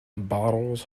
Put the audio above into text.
bottles